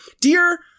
Dear